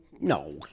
no